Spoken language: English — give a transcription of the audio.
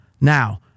Now